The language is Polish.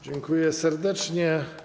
Dziękuję serdecznie.